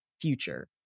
future